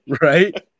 Right